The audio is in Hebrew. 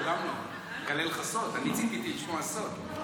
אני אגלה לך סוד, ציפיתי לשמוע סוד.